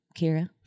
Kira